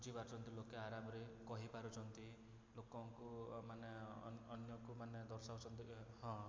ବୁଝିପାରୁଛନ୍ତି ଲୋକେ ଆରାମରେ କହିପାରୁଛନ୍ତି ଲୋକଙ୍କୁ ମାନେ ଅନ୍ୟକୁ ମାନେ ଦର୍ଶାଉଛନ୍ତି କି ହଁ